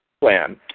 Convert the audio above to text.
plan